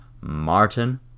Martin